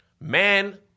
man